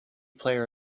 player